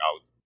out